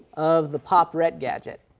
of the pop ret gadget.